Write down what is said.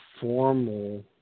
formal